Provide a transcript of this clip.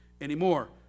anymore